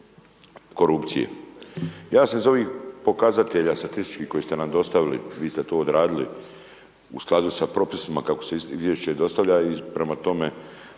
korupcije. Ja sam iz ovih pokazatelja statističkih koje ste nam dostavili, vi ste to odradili u skladu sa propisima kako se izvješće dostavlja i prema tome,